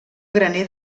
graner